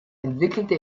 entwickelte